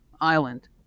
island